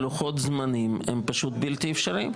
לוחות הזמנים הם פשוט בלתי אפשריים.